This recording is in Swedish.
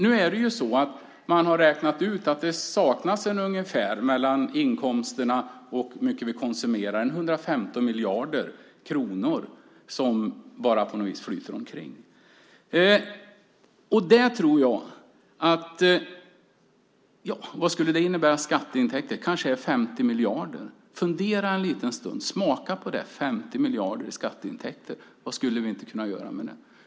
Nu är det ju så att man har räknat ut att det mellan inkomsterna och hur mycket vi konsumerar saknas ungefär 150 miljarder kronor som bara på något vis flyter omkring. Vad skulle det innebära i skatteintäkter? Det kanske är 50 miljarder. Fundera en liten stund, smaka på det - 50 miljarder i skatteintäkter. Vad skulle vi inte kunna göra med det?